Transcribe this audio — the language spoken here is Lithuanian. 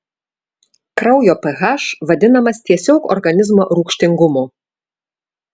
kraujo ph vadinamas tiesiog organizmo rūgštingumu